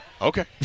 Okay